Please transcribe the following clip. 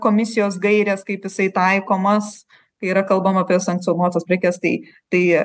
komisijos gairės kaip jisai taikomas kai yra kalbama apie sankcionuotas prekes tai tai